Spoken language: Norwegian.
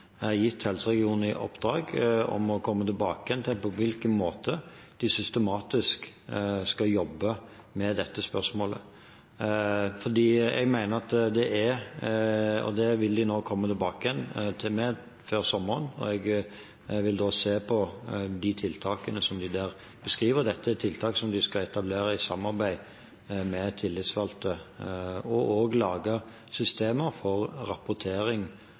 gitt helseregionene i oppdrag å komme tilbake til på hvilken måte de systematisk skal jobbe med dette spørsmålet. Det vil de komme tilbake til meg til før sommeren, og jeg vil da se på de tiltakene som de beskriver der. Dette er tiltak som de skal etablere i samarbeid med tillitsvalgte, og de skal også lage systemer for rapportering